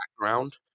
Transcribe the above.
background